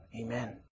Amen